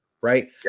right